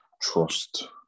trust